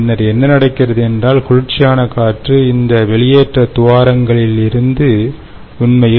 பின்னர் என்ன நடக்கிறது என்றால் குளிர்ச்சியான காற்று இந்த வெளியேற்ற துவாரங்களிலிருந்து உண்மையில்